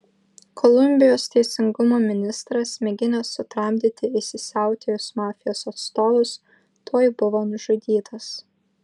kolumbijos teisingumo ministras mėginęs sutramdyti įsisiautėjusius mafijos atstovus tuoj buvo nužudytas